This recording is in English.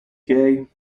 gay